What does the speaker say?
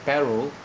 parole